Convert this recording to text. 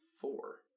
four